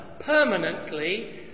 permanently